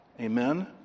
Amen